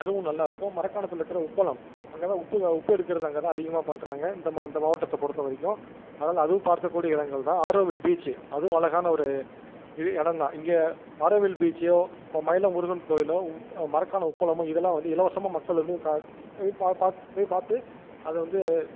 அதுவும் நல்லாயிருக்கும் மரக்காணத்தில் இருக்கிற உப்பளம் அங்கேதான் உப்பு உப்பு எடுக்கிறது அங்கேதான் அதிகமாக பண்ணுறாங்க இந்த மா இந்த மாவட்டத்தை பொறுத்த வரைக்கும் அதனாலே அதுவும் பார்க்கக்கூடிய இடங்கள்தான் ஆரோவில் பீச்சு அதுவும் அழகான ஒரு இ இடம்தான் இங்கே ஆரோவில் பீச்சோ மயிலம் முருகன் கோயிலோ உப் மரக்காணம் உப்பளமோ இதெல்லாம் வந்து இலவசமாக மக்கள் வந்து கா போய் பா பாத் போய் பார்த்து அதை வந்து